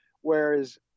whereas